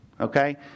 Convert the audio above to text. Okay